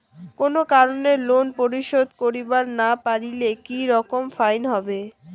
কোনো কারণে লোন পরিশোধ করিবার না পারিলে কি রকম ফাইন হবে?